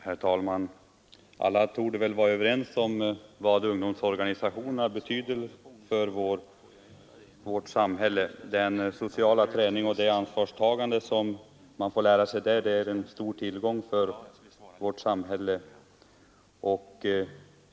Herr talman! Alla torde vara överens om vad ungdomsorganisationerna betyder för vårt samhälle. Den sociala träning som man där får och det ansvar som man där lär sig att ta är en stor tillgång.